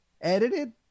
edited